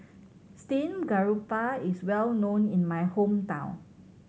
steamed garoupa is well known in my hometown